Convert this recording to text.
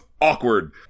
awkward